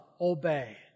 obey